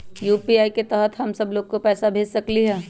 UPI के तहद हम सब लोग को पैसा भेज सकली ह?